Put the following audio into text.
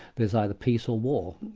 there's either peace or war,